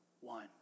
One